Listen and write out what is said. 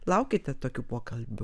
laukite tokių pokalbių